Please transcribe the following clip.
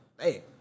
hey